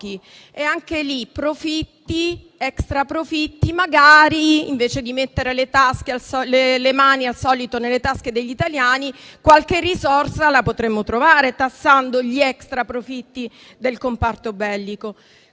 Anche in tal caso, invece di mettere le mani al solito nelle tasche degli italiani, qualche risorsa la potremmo trovare tassando gli extraprofitti del comparto bellico.